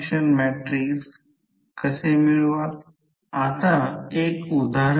5 गुणिले 2 4 ही बाजू 1 आहे कारण येथे ती 1 आहे